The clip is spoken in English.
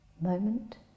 moment